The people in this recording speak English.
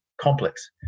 complex